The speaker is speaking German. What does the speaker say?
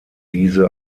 diese